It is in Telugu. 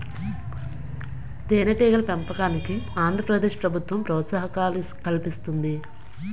తేనెటీగల పెంపకానికి ఆంధ్ర ప్రదేశ్ ప్రభుత్వం ప్రోత్సాహకాలు కల్పిస్తుంది